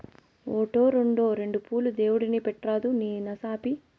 ఓటో, రోండో రెండు పూలు దేవుడిని పెట్రాదూ నీ నసాపి